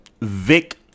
Vic